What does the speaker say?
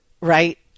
right